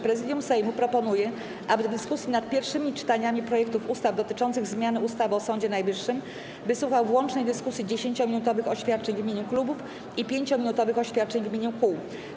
Prezydium Sejmu proponuje, aby w dyskusji nad pierwszymi czytaniami projektów ustaw dotyczących zmiany ustawy o Sądzie Najwyższym Sejm wysłuchał w łącznej dyskusji 10-minutowych oświadczeń w imieniu klubów i 5-minutowych oświadczeń w imieniu kół.